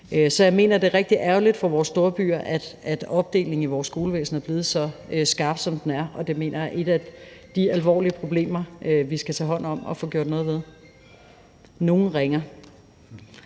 Så jeg mener, at det er rigtig ærgerligt for vores storbyer, at opdelingen i vores skolevæsen er blevet så skarp, som den er. Og det mener jeg er et af de alvorlige problemer, vi skal tage hånd om og få gjort noget ved. Tak for